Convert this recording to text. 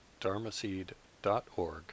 dharmaseed.org